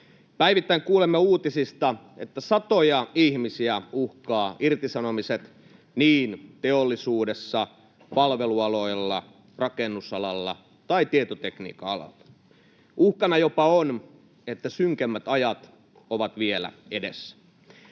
Päivittäin kuulemme uutisista, että satoja ihmisiä uhkaavat irtisanomiset niin teollisuudessa, palvelualoilla, rakennusalalla kuin tietotekniikan alallakin. Uhkana jopa on, että synkemmät ajat ovat vielä edessä.